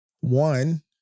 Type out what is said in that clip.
One